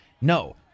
No